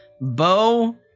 Bo